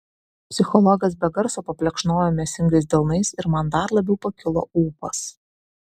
psichologas be garso paplekšnojo mėsingais delnais ir man dar labiau pakilo ūpas